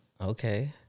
Okay